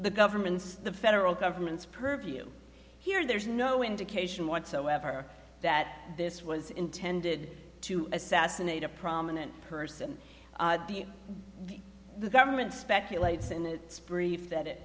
the government's the federal government's purview here and there's no indication whatsoever that this was intended to assassinate a prominent person the government speculates in its brief that it